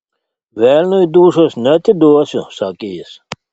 velniui dūšios neatiduosiu sakė jis